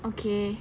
okay